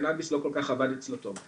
הקנביס לא כל כך עבד אצלו טוב.